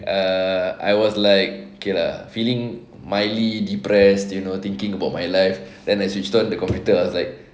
err I was like okay lah feeling mildly depressed you know thinking about my life then I switch on the computer I was like